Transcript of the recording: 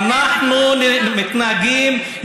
היה מדען דוקטורנט שעושה מחקרים, ועוד ועוד.